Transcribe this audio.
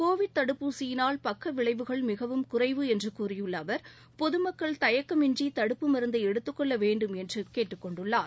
Covid தடுப்பூசியினால் பக்க விளைவுகள் மிகவும் குறைவு என்று கூறியுள்ள அவர் பொது மக்கள் தயக்கமின்றி தடுப்பு மருந்தை எடுத்துக்கொள்ள வேண்டும் என்று கேட்டுக்கொண்டுள்ளார்